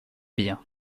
bien